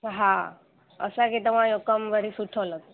हा असांखे तव्हां जो कम वरी सुठो लॻो